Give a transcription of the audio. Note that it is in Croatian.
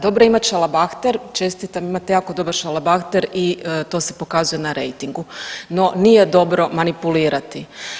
Dobro je imati šalabahter, čestitam imate dobar šalabahter i to se pokazuje na rejtingu, no nije dobro manipulirati.